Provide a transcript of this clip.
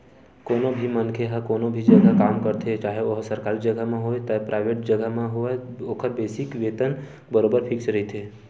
कोनो भी मनखे ह कोनो भी जघा काम करथे चाहे ओहा सरकारी जघा म होवय ते पराइवेंट जघा म होवय ओखर बेसिक वेतन बरोबर फिक्स रहिथे